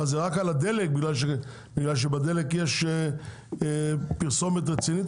רק על הדלק כי יש שם פרסומת רצינית?